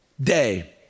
day